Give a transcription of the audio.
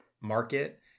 market